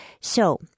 So-